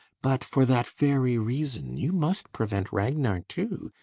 but for that very reason, you must prevent ragnar, too,